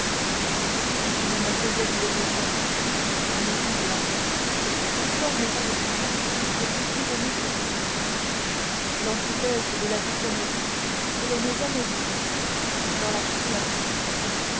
tu ne me faisais douloureusement penser à mes semblables qui forment avec toi le plus ironique contraste l'antithèse la plus bouffonne que l'on ait jamais vue dans la création